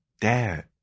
Dad